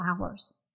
hours